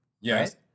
Yes